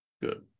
Good